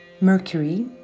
Mercury